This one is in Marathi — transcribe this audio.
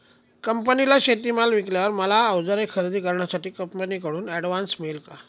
कंपनीला शेतीमाल विकल्यावर मला औजारे खरेदी करण्यासाठी कंपनीकडून ऍडव्हान्स मिळेल का?